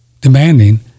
demanding